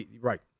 right